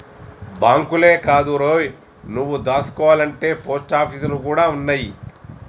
బాంకులే కాదురో, నువ్వు దాసుకోవాల్నంటే పోస్టాపీసులు గూడ ఉన్నయ్